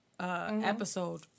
Episode